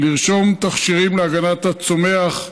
לרשום תכשירים להגנת הצומח,